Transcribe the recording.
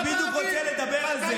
אני בדיוק רוצה לדבר על זה.